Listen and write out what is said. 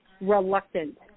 Reluctant